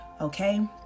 okay